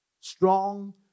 Strong